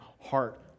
heart